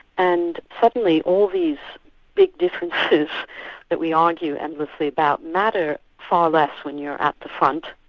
and suddenly all these big differences that we argue endlessly about, matter far less when you're at the front,